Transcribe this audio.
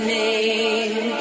name